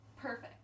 Perfect